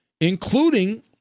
including